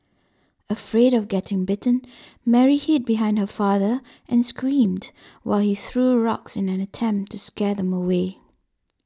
afraid of getting bitten Mary hid behind her father and screamed while he threw rocks in an attempt to scare them away